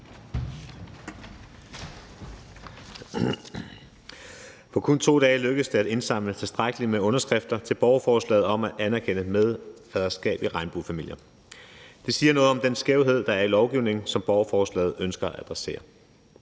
På kun 2 dage lykkedes det at indsamle tilstrækkeligt med underskrifter til borgerforslaget om at anerkende medfaderskab i regnbuefamilier. Det siger noget om den skævhed, der er i lovgivningen, og som borgerforslaget ønsker at adressere.